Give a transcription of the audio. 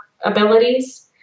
abilities